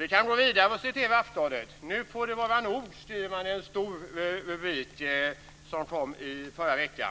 Jag kan gå vidare med vad som står i Aftonbladet. Nu får det vara nog, skriver man i en stor rubrik i förra veckan.